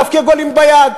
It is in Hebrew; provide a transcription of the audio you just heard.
להבקיע גולים ביד.